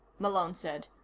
malone said.